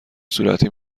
صورتی